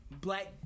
black